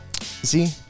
See